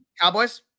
Cowboys